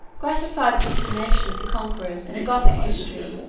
gratified the inclination of the conquerors in a gothic history,